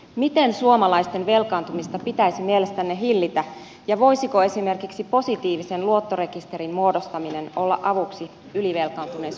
miten suomalaisten velkaantumista pitäisi mielestänne hillitä ja voisiko esimerkiksi positiivisen luottorekisterin muodostaminen olla avuksi ylivelkaantuneisuutta vastaan